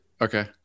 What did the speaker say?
okay